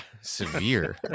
Severe